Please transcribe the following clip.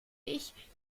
ich